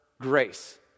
grace